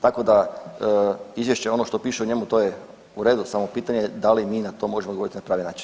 Tako da izvješće, ono što piše u njemu to je u redu samo pitanje je da li mi na to možemo odgovoriti na pravi način.